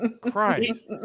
Christ